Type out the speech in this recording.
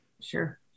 Sure